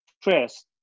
stress